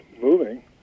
moving